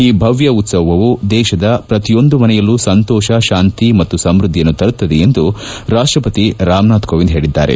ಈ ಭವ್ಯ ಉತ್ಸವವು ದೇಶದ ಪ್ರತಿಯೊಂದು ಮನೆಯಲ್ಲೂ ಸಂತೋಷ ಶಾಂತಿ ಮತ್ತು ಸಂವ್ವದ್ದಿಯನ್ನು ತರುತ್ತದೆ ಎಂದು ರಾಷ್ಟಪತಿ ರಾಮನಾಥ್ ಕೋವಿಂದ್ ಹೇಳಿದ್ದಾರೆ